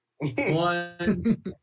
one